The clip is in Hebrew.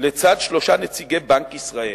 לצד שלושה נציגי בנק ישראל.